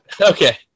Okay